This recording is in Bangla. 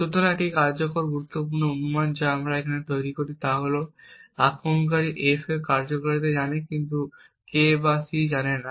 সুতরাং একটি গুরুত্বপূর্ণ অনুমান যা আমরা এখানে তৈরি করি তা হল যে আক্রমণকারী F এর কার্যকারিতা জানে কিন্তু K বা C জানে না